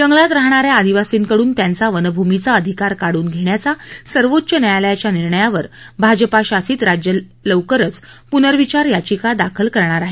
जंगलात राहणाऱ्या आदिवासींकडून त्यांचा वनभूमीचा अधिकार काढून घेण्याच्या सर्वोच्च न्यायालयाच्या निर्णयावर भाजपाशासित राज्य लवकरच पुनर्विचार याचिका दाखल करणार आहेत